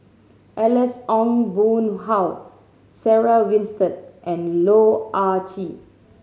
Alex Ong Boon Hau Sarah Winstedt and Loh Ah Chee